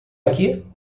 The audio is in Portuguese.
aqui